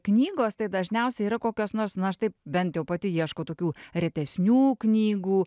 knygos tai dažniausiai yra kokios nors na aš taip bent jau pati ieškau tokių retesnių knygų